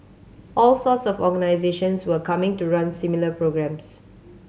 all sorts of organisations were coming to run similar programmes